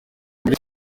muri